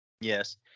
Yes